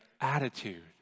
attitude